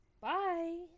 Bye